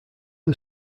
are